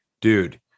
Dude